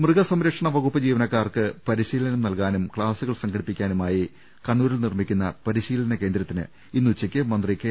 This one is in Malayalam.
മൃഗസംരക്ഷണ വകുപ്പ് ജീവനക്കാർക്ക് പരിശ്വീലനം നൽകാനും ക്ലാസുകൾ സംഘടിപ്പിക്കാനുമായി കണ്ണൂരിൽ നിർമ്മിക്കുന്ന പരിശീ ലന കേന്ദ്രത്തിന് ഇന്ന് ഉച്ചക്ക് മന്ത്രി കെ